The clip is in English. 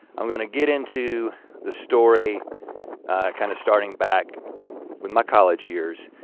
i'm gonna get into the story kind of starting back with my college years.